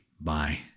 Bye